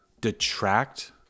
detract